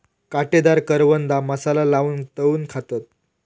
काटेदार करवंदा मसाला लाऊन तळून खातत